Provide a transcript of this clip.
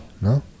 no